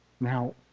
Now